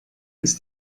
ist